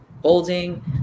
bolding